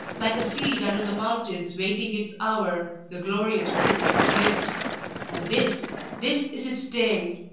like a seed under the mountains waiting its hour, the glorious truth has lived and this this is its day!